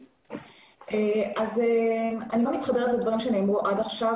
אני מאוד מתחברת לדברים שנאמרו עד עכשיו.